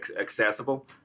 accessible